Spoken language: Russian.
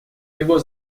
него